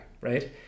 right